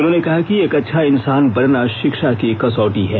उन्होंने कहा कि एक अच्छा इंसान बनना शिक्षा की कसौटी है